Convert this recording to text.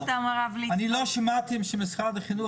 אני לא שמעתי שמשרד החינוך,